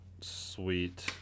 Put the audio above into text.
Sweet